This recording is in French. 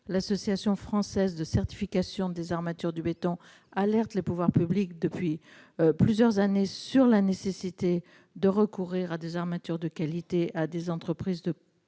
L'Association française de certification des armatures du béton alerte les pouvoirs publics depuis plusieurs années sur la nécessité de recourir à des armatures de qualité et à des entreprises de